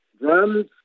drums